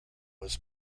was